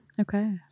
Okay